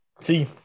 See